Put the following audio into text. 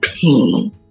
pain